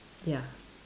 ya